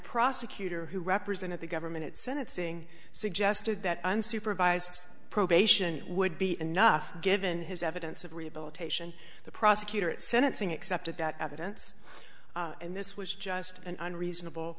prosecutor who represented the government senate seeing suggested that unsupervised probation would be enough given his evidence of rehabilitation the prosecutor at sentencing accepted that evidence and this was just an unreasonable